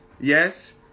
yes